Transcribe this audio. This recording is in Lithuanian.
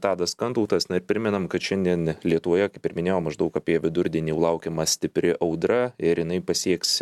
tadas kantautas na ir primenam kad šiandien lietuvoje kaip ir minėjau maždaug apie vidurdienį jau laukiama stipri audra ir jinai pasieks